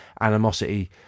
animosity